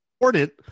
important